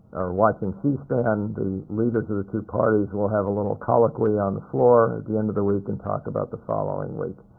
are watching c-span, the leaders of the two parties will have a little colloquy on the floor at the end of the week and talk about the following week.